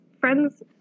friends